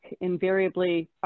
invariably